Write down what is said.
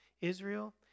Israel